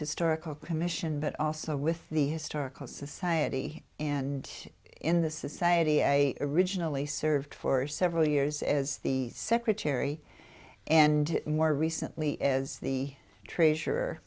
historical commission but also with the historical society and in the society i originally served for several years as the secretary and more recently as the treasure